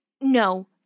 no